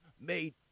Made